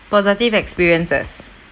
positive experiences